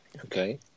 Okay